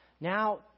Now